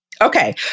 Okay